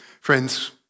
friends